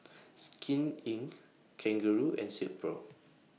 Skin Inc Kangaroo and Silkpro